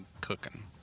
cooking